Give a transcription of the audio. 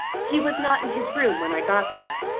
he was not in his room when i got there.